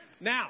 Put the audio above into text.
Now